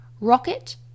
rocket